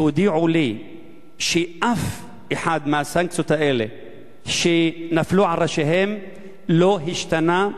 והודיעו לי שאף אחת מהסנקציות האלה שנפלו על ראשיהם לא השתנתה,